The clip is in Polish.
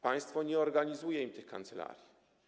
Państwo nie organizuje tych kancelarii.